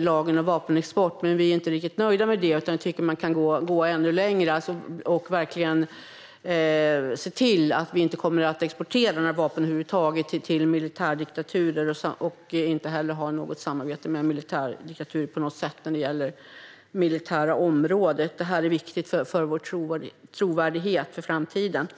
Lagen om vapenexport har visserligen skärpts, men vi är inte riktigt nöjda med det utan tycker att man kan gå ännu längre och verkligen se till Sverige inte kommer att exportera några vapen över huvud taget till militärdiktaturer och inte heller ha något samarbete med militärdiktaturer på något sätt när det gäller det militära området. Det här är viktigt för vår trovärdighet för framtiden.